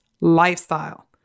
lifestyle